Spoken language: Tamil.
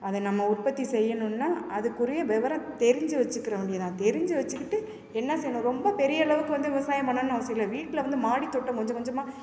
அதை நம்ம உற்பத்தி செய்யணுன்னால் அதுக்குரிய விவரம் தெரிஞ்சு வச்சுக்கிற வேண்டி தான் தெரிஞ்சு வச்சுக்கிட்டு என்ன செய்யணும் ரொம்ப பெரிய அளவுக்கு வந்து விவசாயம் பண்ணணும்னு அவசியம் இல்லை வீட்டில் வந்து மாடித்தோட்டம் கொஞ்சம் கொஞ்சமாக